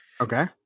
Okay